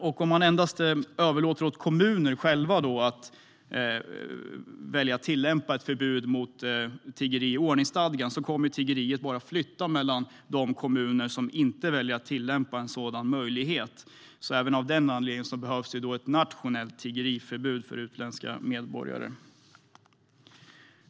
Om man endast överlåter åt kommunerna att själva välja att tillämpa ett förbud mot tiggeri i ordningsstadgan kommer tiggeriet bara att flytta till de kommuner som inte väljer att tillämpa en sådan möjlighet. Även av den anledningen behövs ett nationellt tiggeriförbud för utländska medborgare.